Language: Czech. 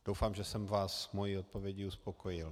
Doufám, že jsem vás svou odpovědí uspokojil.